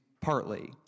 partly